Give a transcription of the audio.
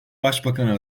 başbakana